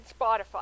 Spotify